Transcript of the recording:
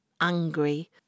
angry